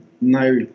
no